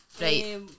Right